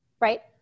right